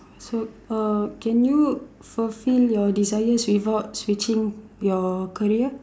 so uh can you fulfill your desires without switching your career